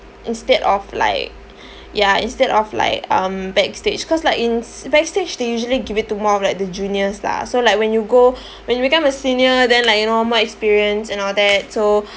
instead of like ya instead of like um backstage cause like in backstage they usually give it to more of like the juniors lah so like when you go when you become a senior then like you know more experience and all that so